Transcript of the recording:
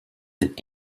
that